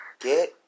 get